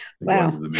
wow